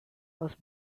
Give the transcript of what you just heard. was